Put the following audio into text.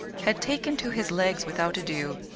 had taken to his legs without ado.